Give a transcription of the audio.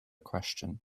question